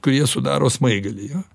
kurie sudaro smaigalį jo